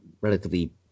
relatively